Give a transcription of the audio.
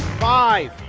five,